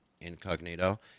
incognito